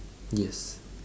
yes